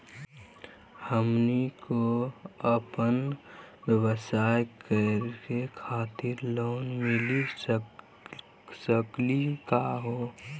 हमनी क अपन व्यवसाय करै खातिर लोन मिली सकली का हो?